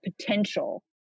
potential